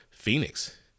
Phoenix